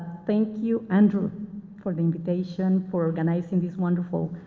thank you, andrew for the invitation, for organizing these wonderful